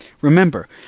Remember